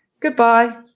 goodbye